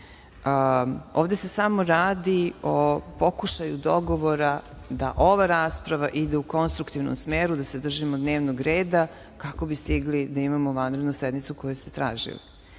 se samo radi o pokušaju dogovora da ova rasprava ide u konstruktivnom smeru i da se držimo dnevnog reda kako bi stigli da imamo vanrednu sednicu koju ste tražili. Vi